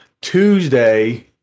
Tuesday